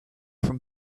from